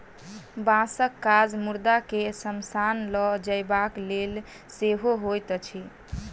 बाँसक काज मुर्दा के शमशान ल जयबाक लेल सेहो होइत अछि